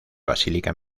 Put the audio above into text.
basílica